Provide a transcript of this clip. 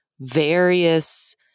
various